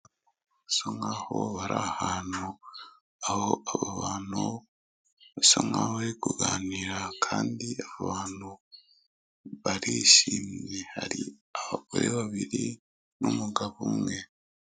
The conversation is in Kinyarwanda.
Basa nkaho bari ahantu, aho abon bantu basa nkaho bari kuganira, kandi abantu barishimye, hari abagore babiri n'umugabo umwe.